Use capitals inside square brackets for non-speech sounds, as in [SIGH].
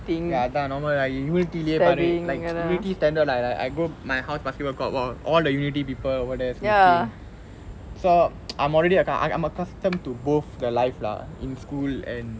ya அதான்:athaan normal lah unity பாரு:paaru like unity standard lah I go my house basketball court !wah! all the unity people over there smoking [NOISE] so I'm already I accus~ I I'm accustomed to both the life lah in school and